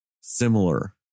similar